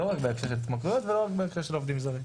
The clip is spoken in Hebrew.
לא רק בהקשר של התמכרויות ולא רק בנושא של עובדים זרים.